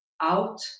out